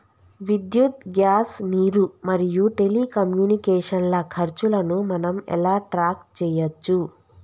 విద్యుత్ గ్యాస్ నీరు మరియు టెలికమ్యూనికేషన్ల ఖర్చులను మనం ఎలా ట్రాక్ చేయచ్చు?